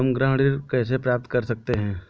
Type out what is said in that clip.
हम गृह ऋण कैसे प्राप्त कर सकते हैं?